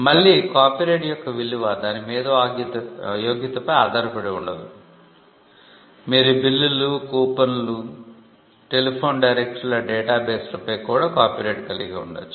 మళ్ళీ కాపీరైట్ యొక్క విలువ దాని మేధో యోగ్యతపై ఆధారపడి ఉండదు మీరు బిల్లులు కూపన్లు టెలిఫోన్ డైరెక్టరీల డేటాబేస్లపై కూడా కాపీరైట్ కలిగి ఉండవచ్చు